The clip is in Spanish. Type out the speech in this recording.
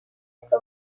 está